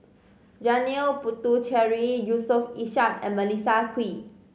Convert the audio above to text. Janil Puthucheary Yusof Ishak and Melissa Kwee